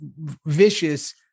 vicious